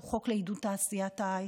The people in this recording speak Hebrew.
שהוא חוק לעידוד תעשיית ההייטק,